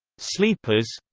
sleepers